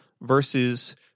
versus